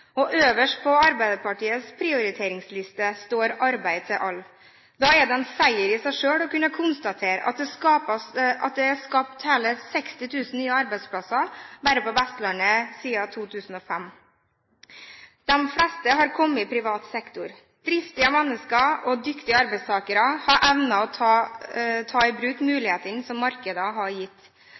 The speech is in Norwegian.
Øverst på Arbeiderpartiets prioriteringsliste står arbeid til alle. Da er det en seier i seg selv å kunne konstatere at det er skapt hele 60 000 nye arbeidsplasser bare på Vestlandet siden 2005. De fleste har kommet i privat sektor. Driftige mennesker og dyktige arbeidstakere har evnet å ta i bruk mulighetene som markedene har gitt.